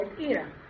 era